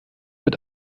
wird